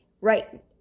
right